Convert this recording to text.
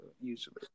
usually